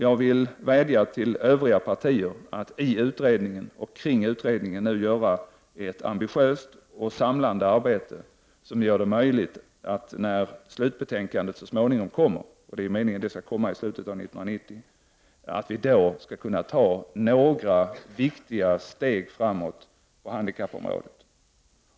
Jag vill vädja till övriga partier att i utredningen och kring utredningen nu göra ett ambitiöst och samlande arbete, som gör det möjligt för oss att när slutbetänkandet så småningom kommer — det är meningen att det skall komma i slutet av 1990 — ta några viktiga steg framåt på handikappområdet.